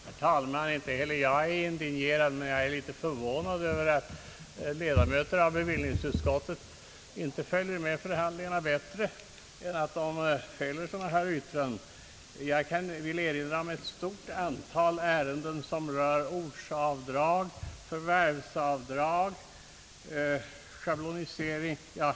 Herr talman! Inte heller jag är indignerad men något förvånad över att ledamöter av bevillningsutskottet inte föl jer med förhandlingarna bättre än att de fäller sådana här yttranden. Jag vill erinra om att vi i bevillningsutskottet behandlat ett stort antal motioner från oppositionen gällande ortsavdrag, förvärvsavdrag, schablonisering ete.